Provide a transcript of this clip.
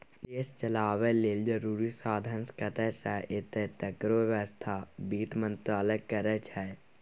देश चलाबय लेल जरुरी साधंश कतय सँ एतय तकरो बेबस्था बित्त मंत्रालय करै छै